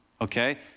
okay